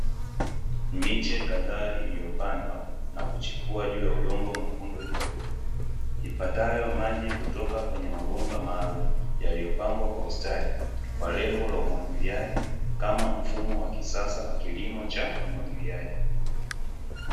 Miche kadhaa iliyopandwa na kuchipua juu ya udongo mwekundu wenye rutuba, ipatayo maji kutoka kwenye mabomba maalumu yaliyopangwa kwa ustadi, kwa lengo la umwagiliaji kama mfumo wa kisasa wa kilimo cha umwagiliaji.